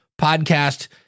podcast